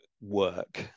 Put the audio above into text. work